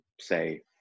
say